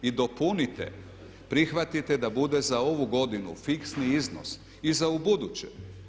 I dopunite, prihvatite da bude za ovu godinu fiksni iznos i za ubuduće.